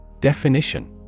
Definition